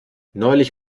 neulich